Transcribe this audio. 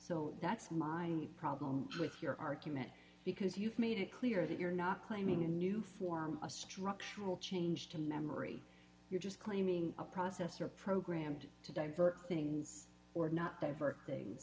so that's my problem with your argument because you've made it clear that you're not claiming a new form a structural change to memory you're just claiming a processor programmed to divert things or not there for things